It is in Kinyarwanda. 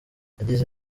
yagize